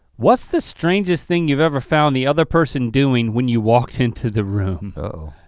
what's the strangest thing you've ever found the other person doing when you walked into the room? uh-oh.